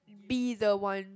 be the one